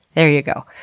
there you go.